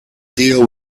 deal